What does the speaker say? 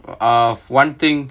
ah one thing